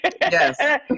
Yes